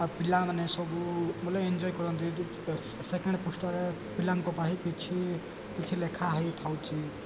ଆଉ ପିଲାମାନେ ସବୁ ବୋଲେ ଏନ୍ଜଏ କରନ୍ତି ସେକେଣ୍ଡ ପୁଷ୍ଠରେ ପିଲାଙ୍କ ପାଇଁ କିଛି କିଛି ଲେଖା ହେଇଥାଉଛି